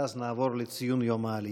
ואז נעבור לציון יום העלייה.